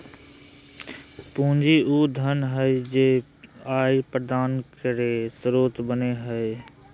पूंजी उ धन हइ जे आय प्रदान करे के स्रोत बनो हइ